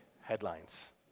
headlines